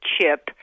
chip